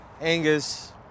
Angus